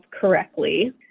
correctly